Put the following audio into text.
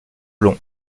long